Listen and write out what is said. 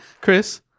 Chris